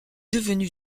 devenu